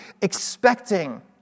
expecting